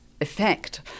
effect